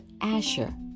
Asher